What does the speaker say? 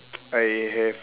I have